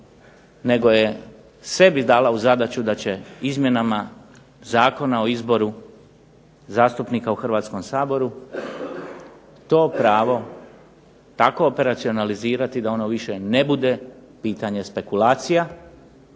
nego je sebi dala u zadaću da će izmjenama Zakona o izboru zastupnika u Hrvatskom saboru to pravo tako operacionalizirati da ono više ne bude pitanje spekulacija